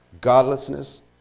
godlessness